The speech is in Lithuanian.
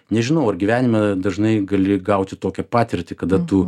nežinau ar gyvenime dažnai gali gauti tokią patirtį kada tu